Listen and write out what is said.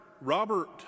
Robert